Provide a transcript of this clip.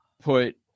put